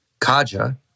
Kaja